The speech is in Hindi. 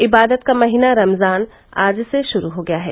इबादत का महीना रमजान आज से शुरू हो गया है